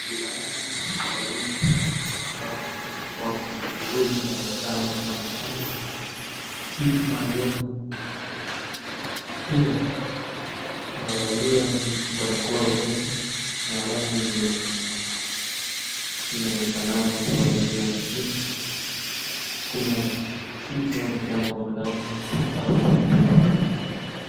Mazingira haya ni ya hospitalini au kitua cha afya ambako mtu huyu anaonekana kuwa anafanya kitu maalumu. Pia, amevalia barakoa usoni na rangi zenye, zinazofanana kutoka juu hadi chini. Kuna kitu au mitambo fulani yakufanya uchunguzi.